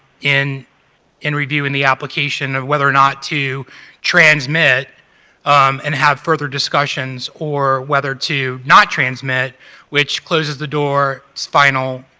in in reviewing the application, of whether or not to transmit and have further discussions or whether to not transmit which closes the door, it's final,